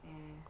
yes